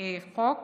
חוק